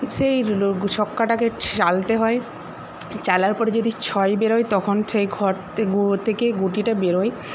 সেই ছক্কাটাকে চালতে হয় চালার পর যদি ছয় বেরোয় তখন সেই ঘর থেকে গুটিটা বেরোয়